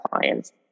clients